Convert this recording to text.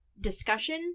discussion